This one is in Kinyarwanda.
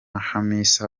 hamisa